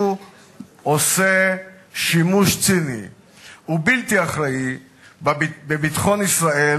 עושה שימוש ציני ובלתי אחראי בביטחון ישראל